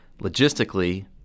logistically